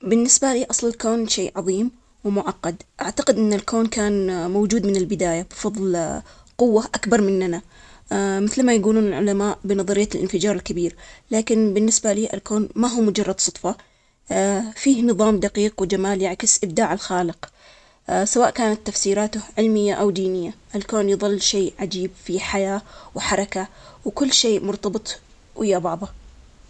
أنا أعتقد إن أصل الكون مرتبط بالله تعالى, كثير من الأديان تأمن إن الله خلق الكون, وكل شي فيه بقدرته, بالقرآن يذكر أن الله خلق السماوات والأرض في ست ايام, وهذا يعكس نظام وترتيب سبحان الله على خلقه, الإيمان أن الله هو الخالق, يعطينا شعور السكينة, ويعزز فهمنا لمكانتنا في الكون.